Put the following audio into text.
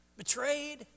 Betrayed